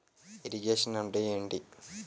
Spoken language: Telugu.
ఇరిగేషన్ అంటే ఏంటీ?